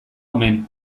omen